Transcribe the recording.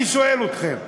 אני שואל אתכם: